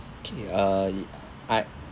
okay uh I